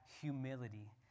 humility